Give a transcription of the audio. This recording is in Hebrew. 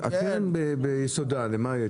הקרן ביסודה, למי היא?